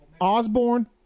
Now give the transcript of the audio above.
Osborne